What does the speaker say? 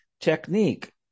technique